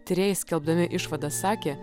tyrėjai skelbdami išvadas sakė